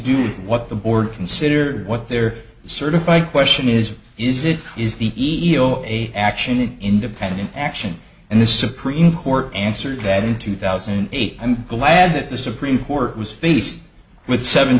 with what the board consider what they're certified question is is it is the e o a action an independent action and the supreme court answered that in two thousand and eight i'm glad that the supreme court was faced with seven